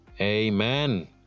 amen